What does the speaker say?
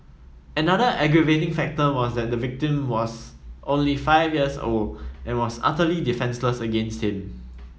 another aggravating factor was that the victim was only five years old and was utterly defenceless against him